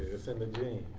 it's in the genes.